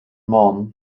man